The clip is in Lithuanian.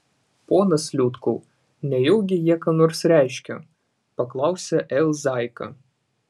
ponas liutkau nejaugi jie ką nors reiškia paklausė l zaika